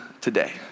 today